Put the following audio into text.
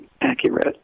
accurate